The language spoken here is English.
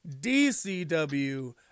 DCW